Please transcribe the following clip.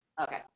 Okay